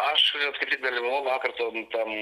aš net kaip tik dalyvavau vakar ten tam